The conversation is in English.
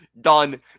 done